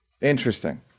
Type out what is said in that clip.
Interesting